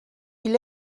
ils